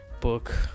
book